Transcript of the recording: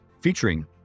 featuring